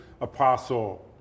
apostle